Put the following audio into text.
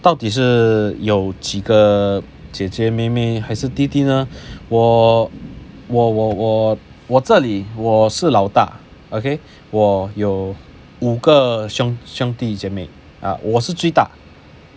到底是有几个姐姐妹妹还是弟弟呢我我我我我这里我是老大 okay 我有五个兄兄弟姐妹 ah 我是最大